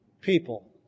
people